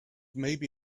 maybe